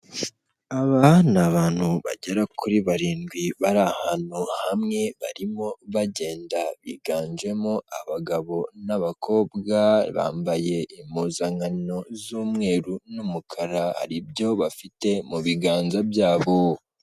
Aba ni antu bagera kuri barindwi bari ahantu hamwe barimo bagenda, biganjemo abagabo n'abakobwa bambaye impuzankano z'umweru n'umukara, hari ibyo bafite mu biganza byabo.